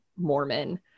mormon